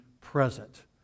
present